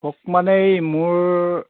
কওক মানে এই মোৰ